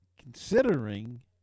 considering